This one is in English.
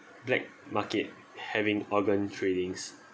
black market having organ tradings